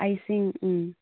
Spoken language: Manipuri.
ꯑꯥꯏꯁꯤꯡ ꯎꯝ